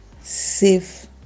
safe